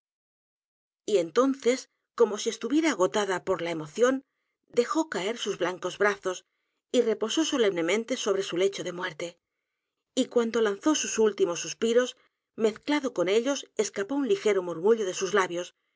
y entonces como si estuviera agotada por la emoción dejó caer sus blancos brazos y reposó solemnemente sobre su lecho de muerte y cuando lanzó sus últimos suspiros mezclado con ellos escapó un ligero murmullo de sus labios